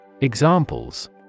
Examples